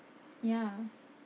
ya